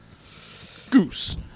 Goose